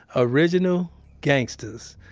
original gangstas.